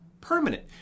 permanent